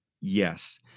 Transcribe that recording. yes